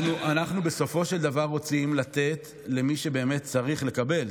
בסופו של דבר אנחנו רוצים לתת למי שבאמת צריך לקבל.